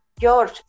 George